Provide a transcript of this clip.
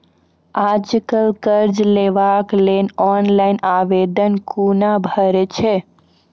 आज कल कर्ज लेवाक लेल ऑनलाइन आवेदन कूना भरै छै?